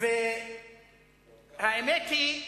האמת היא,